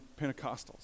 Pentecostals